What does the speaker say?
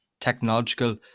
technological